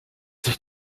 sich